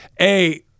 A-